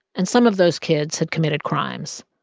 and some of those kids had committed crimes.